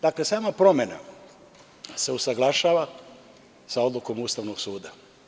Dakle, sama promena se usaglašava sa odlukom Ustavnog suda.